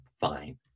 fine